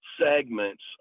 segments